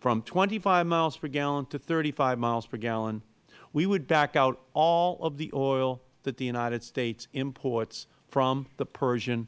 from twenty five miles per gallon to thirty five miles per gallon we would back out all of the oil that the united states imports from the persian